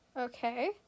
Okay